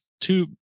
two